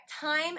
time